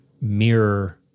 mirror